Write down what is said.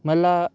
मला